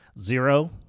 Zero